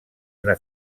una